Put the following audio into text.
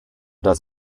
does